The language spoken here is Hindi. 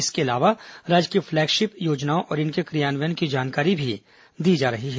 इसके अलावा राज्य की पलैगशिप योजनाओं और इनके क्रियान्वयन की जानकारी भी दी जा रही है